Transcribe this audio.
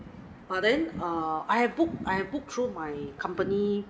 but then uh I have booked I've booked through my company